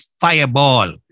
fireball